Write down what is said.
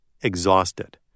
exhausted